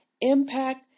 impact